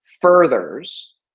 furthers